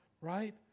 right